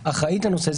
הנושא, אחראית לנושא.